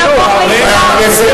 לפני חודש אמרתם שהוא עילוי.